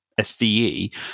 SDE